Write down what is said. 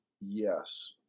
yes